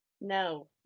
No